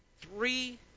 three